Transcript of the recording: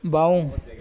বাওঁ